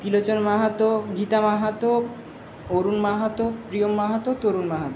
Trilochan Mahato Gita Mahato Arun Mahato Priyam Mahato Tarun Mahato